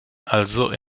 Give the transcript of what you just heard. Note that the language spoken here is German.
also